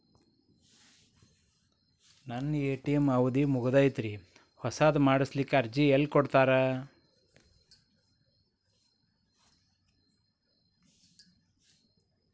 ನನ್ನ ಎ.ಟಿ.ಎಂ ಅವಧಿ ಮುಗದೈತ್ರಿ ಹೊಸದು ಮಾಡಸಲಿಕ್ಕೆ ಅರ್ಜಿ ಎಲ್ಲ ಕೊಡತಾರ?